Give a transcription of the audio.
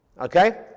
okay